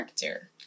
character